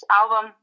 album